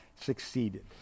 succeeded